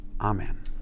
Amen